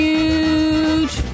Huge